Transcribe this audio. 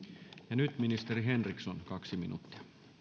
nyt ministeri henriksson kaksi minuuttia